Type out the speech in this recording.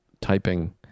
typing